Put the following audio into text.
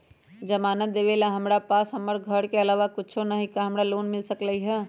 जमानत देवेला हमरा पास हमर घर के अलावा कुछो न ही का हमरा लोन मिल सकई ह?